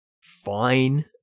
fine